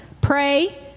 pray